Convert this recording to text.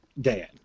Dan